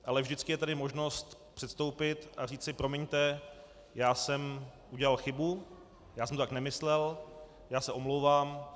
Ale vždycky je tady možnost předstoupit a říci: Promiňte, já jsem udělal chybu, já jsem to tak nemyslel, já se omlouvám.